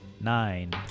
Nine